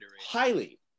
Highly